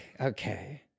okay